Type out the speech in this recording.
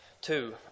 Two